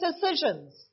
decisions